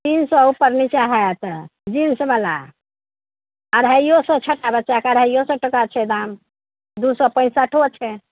तीन सओ उपर नीचा हैत जींसवला अढ़ाइयो सओ छोटका बच्चाके अढ़ाइयो सओ टाका छै दाम दू सओ पैंसठियो छै